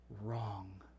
wrong